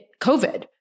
COVID